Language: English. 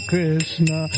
Krishna